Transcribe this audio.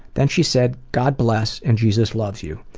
then she said god bless and jesus loves you.